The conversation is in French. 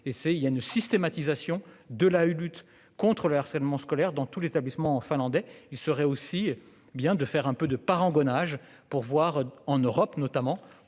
il y a une systématisation de la lutte contre le harcèlement scolaire dans tous les établissements finlandais. Il serait aussi bien de faire un peu de parangonnage pour voir en Europe notamment